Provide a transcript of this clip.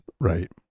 Right